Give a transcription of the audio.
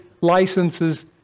licenses